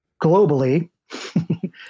globally